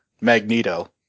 Magneto